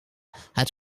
had